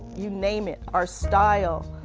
you name it. our style,